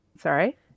Sorry